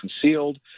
concealed